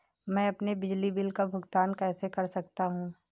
मैं अपने बिजली बिल का भुगतान कैसे कर सकता हूँ?